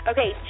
Okay